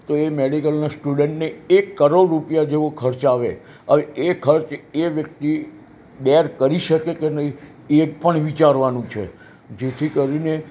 તો એ મેડિકલનાં સ્ટુડન્ટને એક કરોડ રૂપિયા જેવો ખર્ચ આવે હવે એ ખર્ચ એ વ્યક્તિ બેર કરી શકે કે નહીં એ પણ વિચારવાનું છે જેથી કરી ને